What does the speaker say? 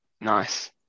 Nice